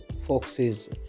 foxes